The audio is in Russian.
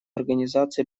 организации